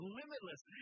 limitless